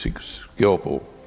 skillful